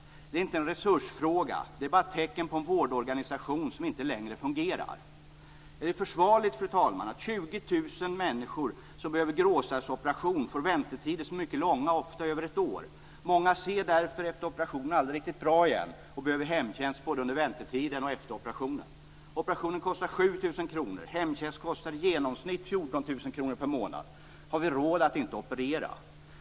Detta är inte en resursfråga, utan det är bara ett tecken på en vårdorganisation som inte längre fungerar. Fru talman! Är det försvarligt att 20 000 personer som behöver gråstarrsoperation får väntetider som är mycket långa, ofta över ett år? Många ser därför efter en operation aldrig riktigt bra igen och behöver hemtjänst både under väntetiden och efter operationen. En operation kostar 7 000 kr. Hemtjänst kostar i genomsnitt 14 000 kr per månad. Har vi råd att inte operera?